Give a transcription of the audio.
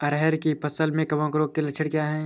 अरहर की फसल में कवक रोग के लक्षण क्या है?